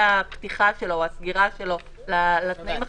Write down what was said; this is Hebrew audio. הפתיחה שלו או הסגירה שלו לתנאים החדשים,